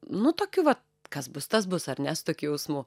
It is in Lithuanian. nu tokiu va kas bus tas bus ar ne su tokiu jausmu